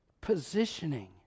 positioning